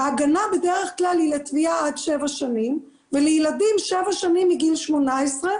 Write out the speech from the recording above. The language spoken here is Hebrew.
וההגנה היא בדרך כלל לתביעה עד שבע שנים ולילדים שבע שנים מגיל 18,